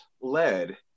led